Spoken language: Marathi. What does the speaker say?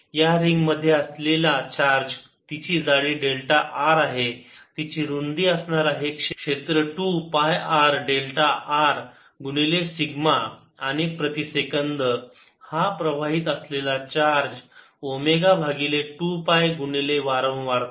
या रिंगमध्ये असलेला चार्ज तिची जाडी डेल्टा r आहे तिची रुंदी असणार आहे क्षेत्र 2 पाय r डेल्टा r गुणिले सिग्मा आणि प्रति सेकंद हा प्रवाहित असलेला चार्ज ओमेगा भागिले 2 पाय गुणिले वारंवारता